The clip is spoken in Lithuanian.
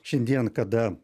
šiandien kada